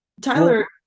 Tyler